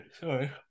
sorry